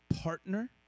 partner